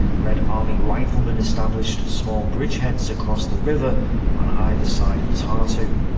red army riflemen established small bridgeheads across the river on either side of tartu.